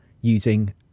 using